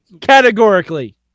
Categorically